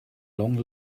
long